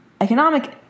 economic